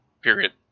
period